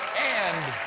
and,